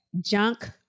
Junk